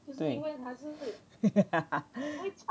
对